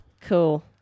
Cool